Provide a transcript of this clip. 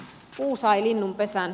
puu sai linnunpesän